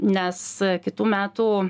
nes kitų metų